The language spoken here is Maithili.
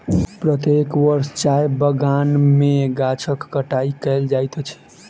प्रत्येक वर्ष चाय बगान में गाछक छंटाई कयल जाइत अछि